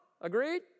Agreed